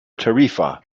tarifa